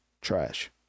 trash